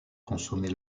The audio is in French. consommée